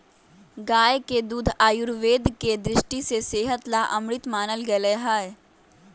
गाय के दूध आयुर्वेद के दृष्टि से सेहत ला अमृत मानल गैले है